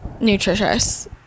nutritious